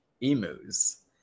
emus